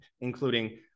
including